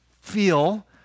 feel